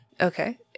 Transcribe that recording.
Okay